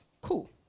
cool